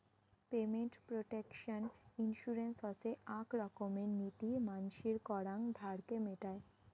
payment protection insurance হসে আক রকমের নীতি মানসির করাং ধারকে মেটায়